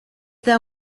thou